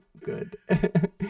good